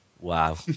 Wow